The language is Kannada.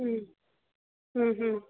ಹ್ಞೂ ಹ್ಞೂ ಹ್ಞೂ